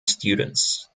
students